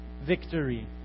victory